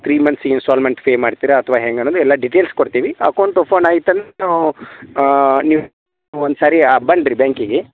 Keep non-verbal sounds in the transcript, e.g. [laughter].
three ಮಂತ್ಸಿಗೆ instalment pay ಮಾಡ್ತೀರಾ ಅಥವಾ ಹೆಂಗಂದ್ರೆ ಎಲ್ಲ ಡಿಟೇಲ್ಸ್ ಕೊಡ್ತೇವೆ ಅಕೌಂಟ್ ಓಪನ್ ಆಯ್ತಂದ್ರ್ [unintelligible] ನೀವು ಒಂದು ಸಾರಿ ಬನ್ನಿರಿ ಬ್ಯಾಂಕಿಗೆ